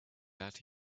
that